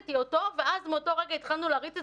הורדתי אותו ומאותו רגע התחלנו להריץ את